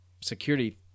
security